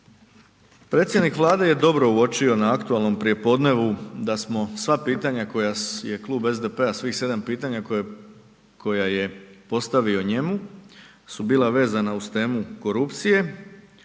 Predsjednik Vlade je dobro uočio na aktualnom prijepodnevu da smo sva pitanja koja je klub SDP-a, svih 7 pitanja koja je postavio njemu su bila vezana uz temu korupcije,